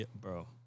Bro